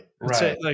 right